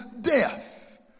death